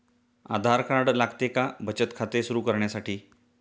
आधार card लागते का बचत खाते सुरू करण्यासाठी?